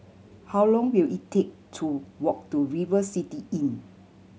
how long will it take to walk to River City Inn